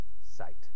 sight